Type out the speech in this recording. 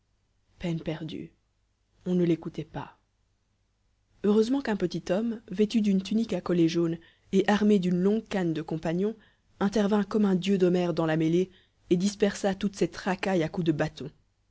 peine perdue on ne l'écoutait pas heureusement qu'un petit homme vêtu d'une tunique à collet jaune et armé d'une longue canne de compagnon intervint comme un dieu d'homère dans la mêlée et dispersa toute cette racaille à coups de bâton